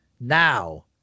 Now